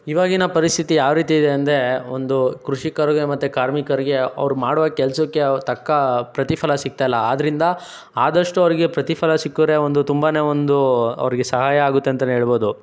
ಈವಾಗಿನ ಪರಿಸ್ಥಿತಿ ಯಾವ ರೀತಿಯಿದೆ ಅಂದರೆ ಒಂದು ಕೃಷಿಕರಿಗೆ ಮತ್ತೆ ಕಾರ್ಮಿಕರಿಗೆ ಅವ್ರು ಮಾಡುವ ಕೆಲಸಕ್ಕೆ ಅವ್ರು ತಕ್ಕ ಪ್ರತಿಫಲ ಸಿಗ್ತಾಯಿಲ್ಲ ಆದ್ದರಿಂದ ಆದಷ್ಟು ಅವರಿಗೆ ಪ್ರತಿಫಲ ಸಿಕ್ಕರೆ ಒಂದು ತುಂಬನೇ ಒಂದು ಅವರಿಗೆ ಸಹಾಯ ಆಗುತ್ತೆ ಅಂತನೇ ಹೇಳ್ಬೋದು